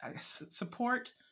support